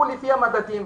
הוא לפי המדדים,